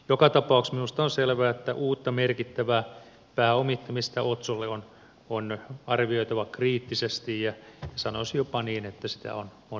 joka tapauksessa minusta on selvää että uutta merkittävää pääomittamista otsolle on arvioitava kriittisesti ja sanoisin jopa niin että sitä on vältettävä